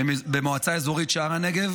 במועצה אזורית שער הנגב